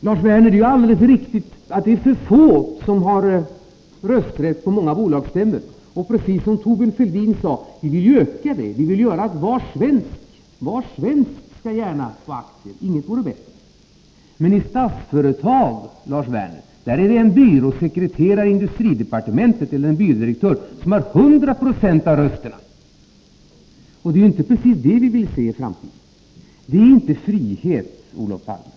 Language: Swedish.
Lars Werner, det är alldeles riktigt att det är för få som har rösträtt på många bolagsstämmor. Precis som Thorbjörn Fälldin sade vill vi öka antalet personer med rösträtt. Vi vill att var svensk skall få aktier. Inget vore bättre. Men i Statsföretag, Lars Werner, är det en byrådirektör i industridepartementet som har 100 96 av rösterna. Det är ju inte precis vad vi vill se i framtiden. Det är inte frihet, Olof Palme.